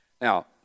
Now